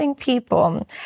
people